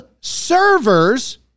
servers